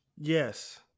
Yes